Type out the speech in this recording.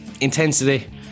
intensity